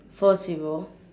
four zero